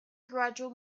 gradual